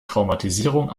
traumatisierung